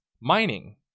mining